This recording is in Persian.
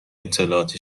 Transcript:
اطلاعات